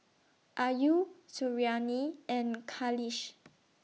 Ayu Suriani and Khalish